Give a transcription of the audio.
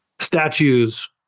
statues